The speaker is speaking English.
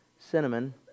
cinnamon